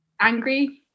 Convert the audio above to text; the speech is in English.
angry